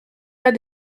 pas